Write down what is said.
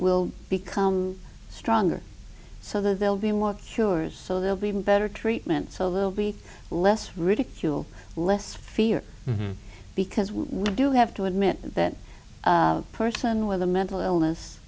will become stronger so they'll be more cures so they'll be even better treatment so they'll be less ridicule less fear because we do have to admit that person with a mental illness